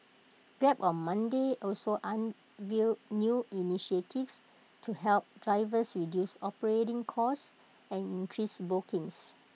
grab on Monday also unveiled new initiatives to help drivers reduce operating costs and increase bookings